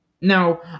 Now